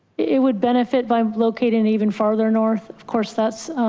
it would benefit by located and even farther north, of course, that's